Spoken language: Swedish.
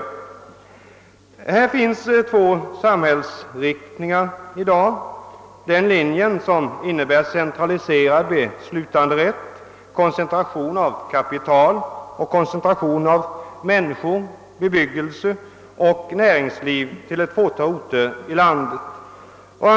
I dag finns två samhällsinriktningar. Dels finns den linje som förordar centraliserad beslutanderätt, koncentration av kapital, människor, bebyggelse och näringsliv till ett fåtal orter i landet.